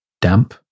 damp